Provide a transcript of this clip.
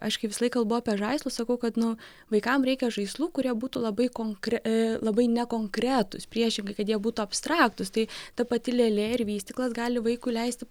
aš kaip visąlaik kalbu apie žaislus sakau kad nu vaikam reikia žaislų kurie būtų labai konkre labai nekonkretūs priešingai kad jie būtų abstraktus tai ta pati lėlė ir vystyklas gali vaikui leisti